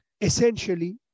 Essentially